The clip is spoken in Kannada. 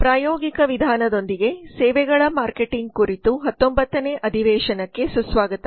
ಪ್ರಾಯೋಗಿಕ ವಿಧಾನದೊಂದಿಗೆ ಸೇವೆಗಳ ಮಾರ್ಕೆಟಿಂಗ್ ಕುರಿತು 19ನೇ ಅಧಿವೇಶನಕ್ಕೆ ಸುಸ್ವಾಗತ